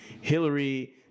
Hillary